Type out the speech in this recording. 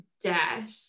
debt